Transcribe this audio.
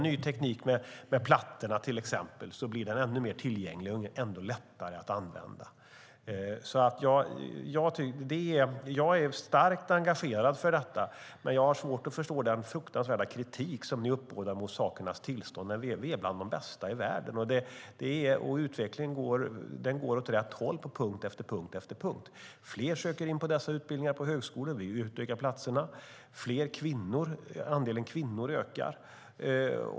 Ny teknik, till exempel plattor, blir ännu mer tillgänglig och lätt att använda. Jag är starkt engagerad i detta, men jag har svårt att förstå den fruktansvärda kritik som ni uppbådar mot sakernas tillstånd. Vi är bland de bästa i världen, och utvecklingen går åt rätt håll på punkt efter punkt. Fler söker in på dessa utbildningar på högskolor, och vi utökar platserna. Andelen kvinnor ökar.